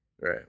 Right